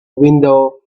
window